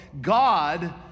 God